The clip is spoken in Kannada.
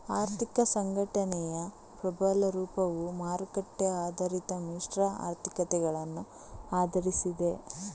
ಆರ್ಥಿಕ ಸಂಘಟನೆಯ ಪ್ರಬಲ ರೂಪವು ಮಾರುಕಟ್ಟೆ ಆಧಾರಿತ ಮಿಶ್ರ ಆರ್ಥಿಕತೆಗಳನ್ನು ಆಧರಿಸಿದೆ